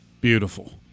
Beautiful